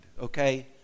okay